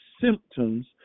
symptoms